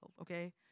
okay